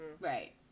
Right